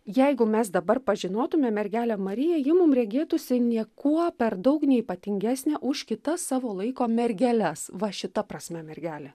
jeigu mes dabar pažinotume mergelę mariją ji mum regėtųsi niekuo per daug neypatingesnė už kitas savo laiko mergeles va šita prasme mergelė